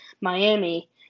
Miami